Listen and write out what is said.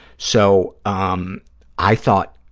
so um i thought,